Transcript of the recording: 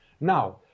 Now